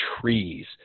trees